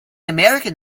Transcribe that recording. american